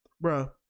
bro